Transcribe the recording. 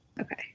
Okay